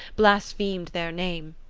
blasphemed their name.